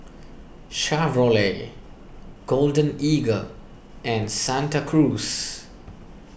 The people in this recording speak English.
Chevrolet Golden Eagle and Santa Cruz